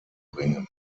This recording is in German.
bringen